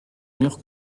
mur